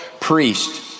priest